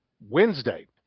Wednesday